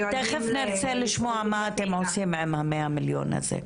תכף נרצה לשמוע מה אתם עושים עם ה-100 מיליון האלה.